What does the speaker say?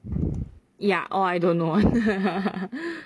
ya all I don't know